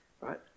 right